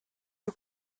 you